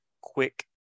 quick